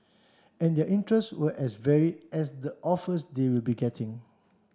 and their interests were as varied as the offers they will be getting